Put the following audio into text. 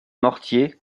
mortiers